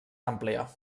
àmplia